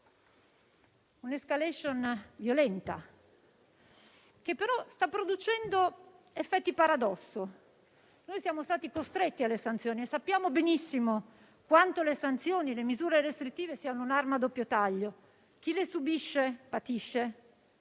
*escalation* militare, che però sta producendo effetti paradosso. Noi siamo stati costretti alle sanzioni e sappiamo benissimo quanto le misure restrittive siano un'arma a doppio taglio. Chi le subisce patisce,